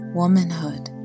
womanhood